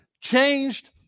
Changed